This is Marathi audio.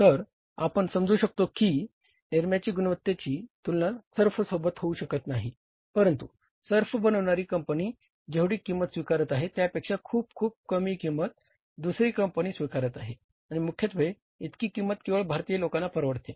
तर आपण समजू शकतो की निरम्याच्या गुणवत्तेची तुलना सर्फ सोबत होऊ शकत नाही परंतु सर्फ बनविणारी कंपनी जेवढी किंमत स्वीकारत आहे त्यापेक्षा खूप खूप कमी किंमत दुसरी कंपनी स्वीकारत आहे आणि मुख्यत्वे इतकी किंमत केवळ भारतीय लोकांना परवडते